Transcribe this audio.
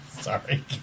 Sorry